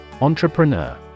Entrepreneur